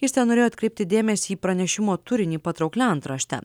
jis tenorėjo atkreipti dėmesį į pranešimo turinį patrauklia antrašte